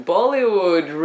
Bollywood